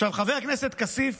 חבר הכנסת כסיף